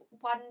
one